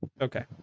Okay